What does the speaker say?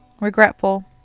regretful